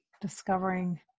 discovering